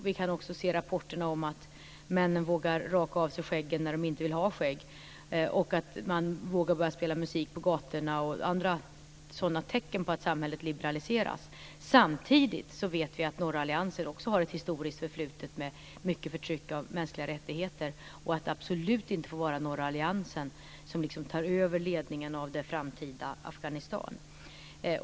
Vi kan också se rapporter om att männen vågar raka av sig skägg när de inte vill ha skägg och att man vågar börja spela musik på gatorna och andra sådana tecken på att samhället liberaliserats. Samtidigt vet vi att norra alliansen har ett historiskt förflutet med mycket förtryck av mänskliga rättigheter och att det absolut inte får vara norra alliansen som tar över ledningen av det framtida Afghanistan.